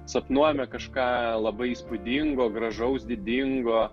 sapnuojame kažką labai įspūdingo gražaus didingo